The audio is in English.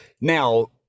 now